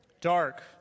Dark